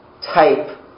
type